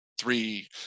three